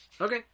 Okay